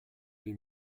deux